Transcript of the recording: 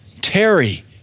Terry